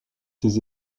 ses